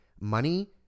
money